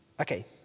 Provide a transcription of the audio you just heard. Okay